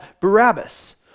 Barabbas